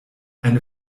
eine